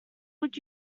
would